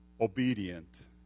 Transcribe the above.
obedient